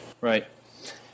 Right